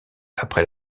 après